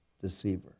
deceiver